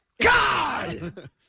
God